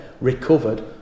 recovered